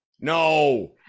No